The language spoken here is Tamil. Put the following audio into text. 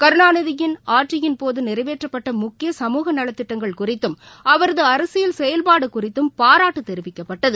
கருணாநிதியின் ஆட்சியின் போதுநிறைவேற்றப்பட்டமுக்கிய சமூக நலத்திட்டங்கள் குறித்தும் அவரதுஅரசியல் செயல்பாடுகுறித்தும் பாராட்டுதெரிவிக்கப்பட்டது